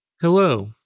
Hello